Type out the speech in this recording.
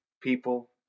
people